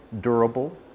durable